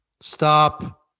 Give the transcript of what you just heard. Stop